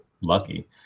lucky